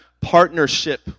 partnership